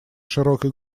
широкой